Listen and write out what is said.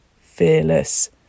fearless